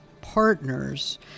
partners